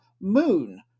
Moon